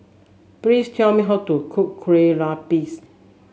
please tell me how to cook Kueh Lopes